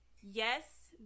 yes